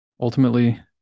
ultimately